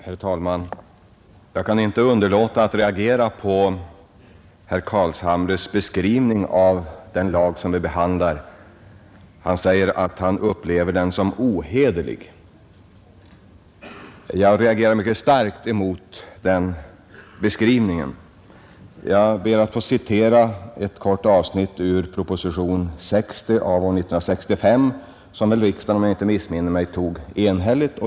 Herr talman! Jag kan inte underlåta att reagera mot herr Carlshamres beskrivning av det lagförslag vi nu behandlar. Han säger att han upplever det som ohederligt. Just den beskrivningen reagerar jag mycket starkt emot. Jag skall be att få citera ett kort avsnitt ur proposition nr 60 av år 1965 som riksdagen, om jag inte missminner mig, tog enhälligt.